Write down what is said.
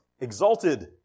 exalted